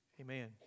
Amen